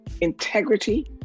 integrity